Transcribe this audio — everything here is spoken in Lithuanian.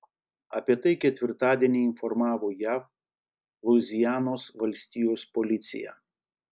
apie tai ketvirtadienį informavo jav luizianos valstijos policija